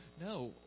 No